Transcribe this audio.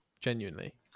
Genuinely